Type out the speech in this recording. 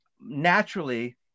naturally